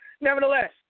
Nevertheless